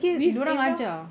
with eva